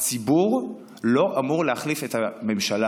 הציבור לא אמור להחליף את הממשלה.